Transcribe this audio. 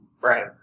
Right